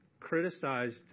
Criticized